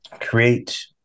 create